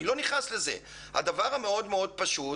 הדבר המאוד פשוט